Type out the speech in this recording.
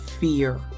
fear